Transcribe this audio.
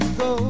go